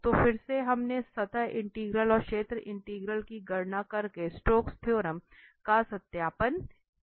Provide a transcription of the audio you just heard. तो फिर से हमने सतह इंटीग्रल और क्षेत्र इंटीग्रल की गणना करके स्टोक्स थ्योरम का सत्यापन किया है